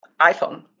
iphone